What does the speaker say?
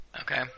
Okay